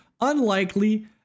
unlikely